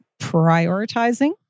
prioritizing